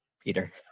Peter